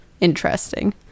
interesting